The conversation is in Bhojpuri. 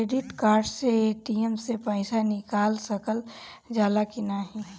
क्रेडिट कार्ड से ए.टी.एम से पइसा निकाल सकल जाला की नाहीं?